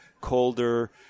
colder